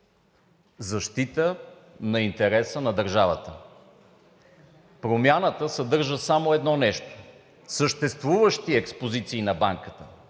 защита интереса на държавата. Промяната съдържа само едно нещо – съществуващи експозиции на Банката,